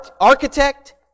architect